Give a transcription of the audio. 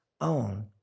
own